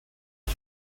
大学